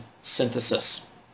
synthesis